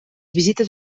visites